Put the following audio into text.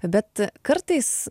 bet kartais